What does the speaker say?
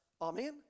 Amen